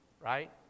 right